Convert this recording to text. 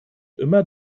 immer